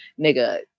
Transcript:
nigga